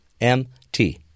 M-T